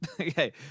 Okay